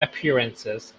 appearances